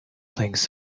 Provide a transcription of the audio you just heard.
things